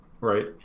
right